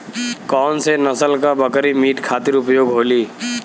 कौन से नसल क बकरी मीट खातिर उपयोग होली?